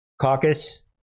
caucus